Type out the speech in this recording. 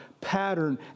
pattern